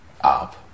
up